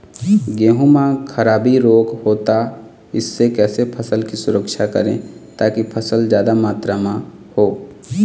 गेहूं म खराबी रोग होता इससे कैसे फसल की सुरक्षा करें ताकि फसल जादा मात्रा म हो?